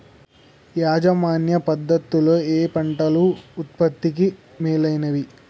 యాజమాన్య పద్ధతు లలో ఏయే పంటలు ఉత్పత్తికి మేలైనవి?